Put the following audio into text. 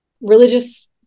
religious